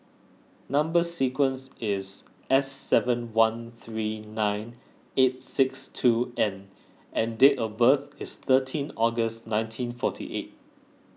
Number Sequence is S seven one three nine eight six two N and date of birth is thirteen August nineteen forty eight